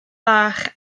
bach